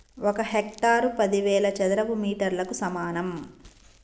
ఒక హెక్టారు పదివేల చదరపు మీటర్లకు సమానం